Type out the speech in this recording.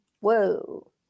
whoa